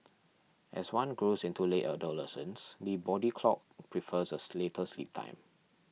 as one grows into late adolescence the body clock prefers a later sleep time